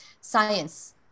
science